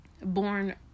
born